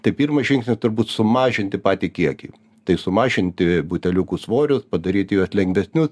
tai pirmas žingsnis turbūt sumažinti patį kiekį tai sumažinti buteliukų svorius padaryti juos lengvesnius